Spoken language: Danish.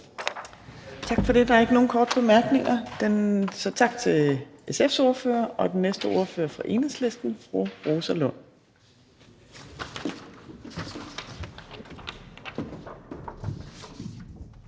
Tak for det. Der er ikke nogen korte bemærkninger, så tak til SF's ordfører. Den næste ordfører er fra Enhedslisten, og